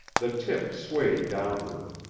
the tip swayed downward.